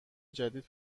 جدید